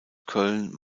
köln